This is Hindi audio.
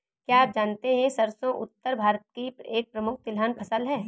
क्या आप जानते है सरसों उत्तर भारत की एक प्रमुख तिलहन फसल है?